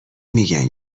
میگن